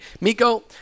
Miko